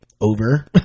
over